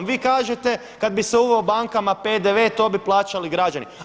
Vi kažete kada bi se uveo bankama PDV-e, to bi plaćali građani.